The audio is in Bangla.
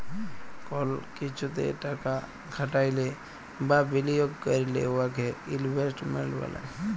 কল কিছুতে টাকা খাটাইলে বা বিলিয়গ ক্যইরলে উয়াকে ইলভেস্টমেল্ট ব্যলে